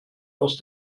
aus